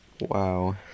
Wow